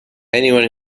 anyone